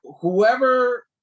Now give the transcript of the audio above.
whoever